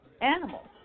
Animals